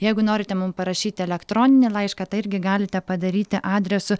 jeigu norite mum parašyti elektroninį laišką tą irgi galite padaryti adresu